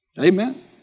Amen